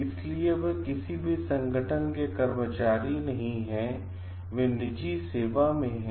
इसलिए वे किसी भी संगठन के कर्मचारी नहीं हैं वे निजी सेवा में हैं